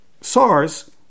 SARS